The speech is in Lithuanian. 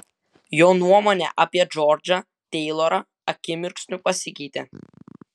jo nuomonė apie džordžą teilorą akimirksniu pasikeitė